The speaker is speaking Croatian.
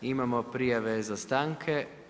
Imamo prijave za stanke.